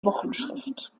wochenschrift